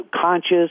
conscious